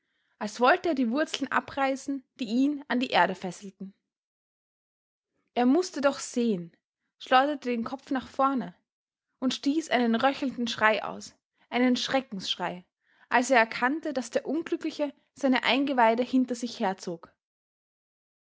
als wollte er die wurzeln abreißen die ihn an die erde fesselten er mußte doch sehen schleuderte den kopf nach vorne und stieß einen röchelnden schrei aus einen schreckensschrei als er erkannte daß der unglückliche seine eingeweide hinter sich herzog